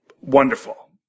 Wonderful